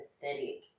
pathetic